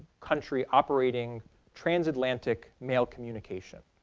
country operating trans-atlantic mail communication.